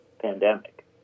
pandemic